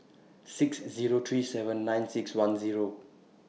six Zero three seven nine six one Zero